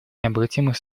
необратимых